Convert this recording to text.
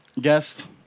guest